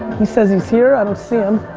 he says he's here. i don't see him.